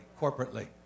corporately